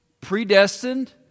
predestined